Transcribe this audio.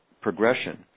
progression